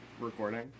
recording